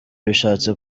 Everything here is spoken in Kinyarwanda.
bishatse